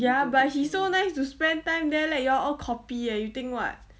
ya but he so nice to spend time there let you all all copy eh you think what